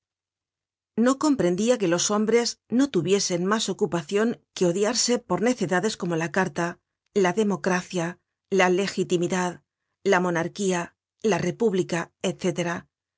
no comprendia que los hombres no tuviesen mas ocupacion que odiarse por necedades como la carta la democracia la legitimidad la monarquía la república